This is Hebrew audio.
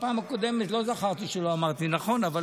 לא זכרתי שלא אמרתי נכון בפעם הקודמת,